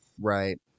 Right